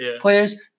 players